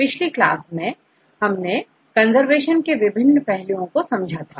पिछली क्लास में हमने कंजर्वेशन के विभिन्न पहलुओं को समझा था